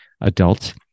Adults